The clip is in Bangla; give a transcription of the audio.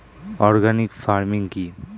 অর্গানিক ফার্মিং কি?